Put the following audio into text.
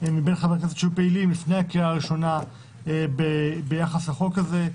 מבין חברי הכנסת שהיו פעילים לפני הקריאה הראשונה ביחס לחוק הזה.